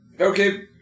okay